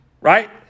Right